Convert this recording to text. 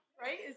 right